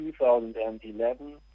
2011